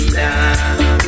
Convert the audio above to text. now